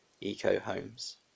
eco-homes